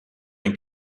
een